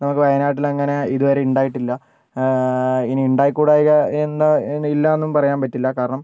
നമുക്ക് വയനാട്ടിൽ അങ്ങനെ ഇതുവരെ ഉണ്ടായിട്ടില്ല ഇനി ഉണ്ടായി കൂടായ്ക ഉണ്ട് ഇല്ലാ എന്നും പറയാൻ പറ്റില്ല കാരണം